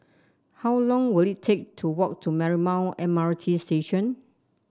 how long will it take to walk to Marymount M R T Station